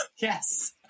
yes